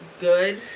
good